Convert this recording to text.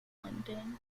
london